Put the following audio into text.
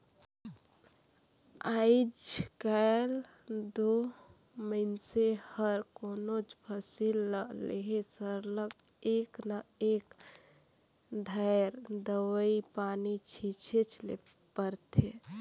आएज काएल दो मइनसे हर कोनोच फसिल ल लेहे सरलग एक न एक धाएर दवई पानी छींचेच ले परथे